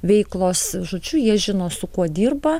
veiklos žodžiu jie žino su kuo dirba